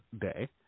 Day